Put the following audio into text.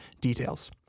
details